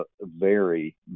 vary